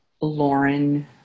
Lauren